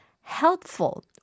helpful